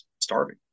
starving